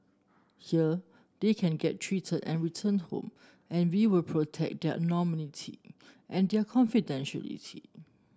here they can get treated and return home and we will protect their anonymity and their confidentiality